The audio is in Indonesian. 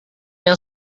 yang